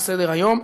על סדר-היום,